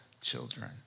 children